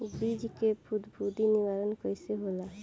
बीज के फफूंदी निवारण कईसे होला?